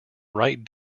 right